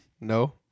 no